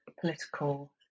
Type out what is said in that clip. political